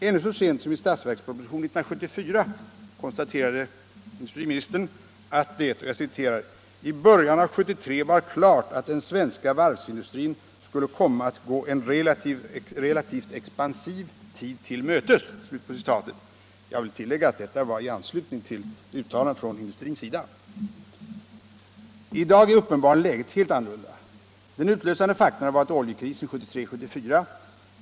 Ännu så sent som i statsverkspropositionen 1974 konstaterades att det i början av 1973 var klart att den svenska varvsindustrin skulle komma att gå en relativt expansiv tid till mötes. Jag vill tillägga att detta konstaterande gjordes i anslutning till uttalanden från industrins sida. I dag är uppenbarligen läget helt annorlunda. Den utlösande faktorn har varit oljekrisen 1973-1974.